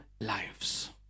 lives